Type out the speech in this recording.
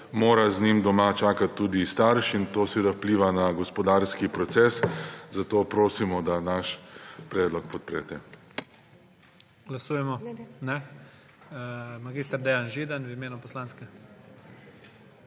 mora z njim doma čakati tudi starš, to pa vpliva na gospodarski proces. Zato prosimo, da naš predlog podprete.